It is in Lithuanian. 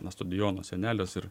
nuo stadiono sienelės ir